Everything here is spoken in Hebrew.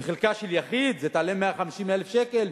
וחלקה של יחיד תעלה 150,000 שקל,